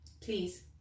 please